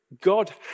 God